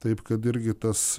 taip kad irgi tas